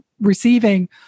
receiving